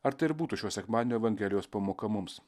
ar tai ir būtų šio sekmadienio evangelijos pamoka mums